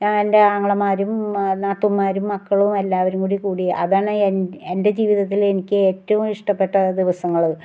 ഞാൻ എൻ്റെ ആങ്ങളമാരും നാത്തൂൻമാരും മക്കളും എല്ലാവരും കൂടി അതാണ് എൻ്റെ ജീവിതത്തിലെനിക്ക് ഏറ്റവും ഇഷ്ടപ്പെട്ട ദിവസങ്ങൾ